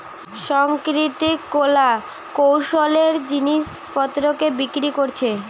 সাংস্কৃতিক কলা কৌশলের জিনিস পত্রকে বিক্রি কোরছে